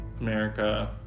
America